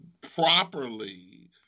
properly